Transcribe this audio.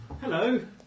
Hello